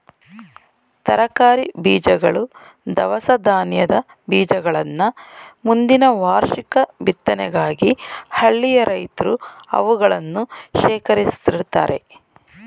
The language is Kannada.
ತರಕಾರಿ ಬೀಜಗಳು, ದವಸ ಧಾನ್ಯದ ಬೀಜಗಳನ್ನ ಮುಂದಿನ ವಾರ್ಷಿಕ ಬಿತ್ತನೆಗಾಗಿ ಹಳ್ಳಿಯ ರೈತ್ರು ಅವುಗಳನ್ನು ಶೇಖರಿಸಿಡ್ತರೆ